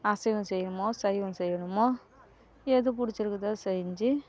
அசைவம் செய்யணுமோ சைவம் செய்யணுமோ எது பிடிச்சிருக்குதோ செஞ்சு